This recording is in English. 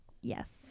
Yes